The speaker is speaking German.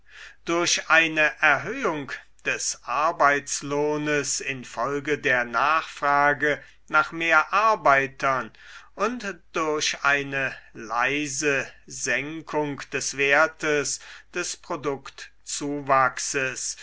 durch eine erhöhung des arbeitslohnes infolge der nachfrage nach mehr arbeitern und durch eine leise senkung des wertes des